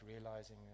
realizing